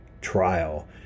trial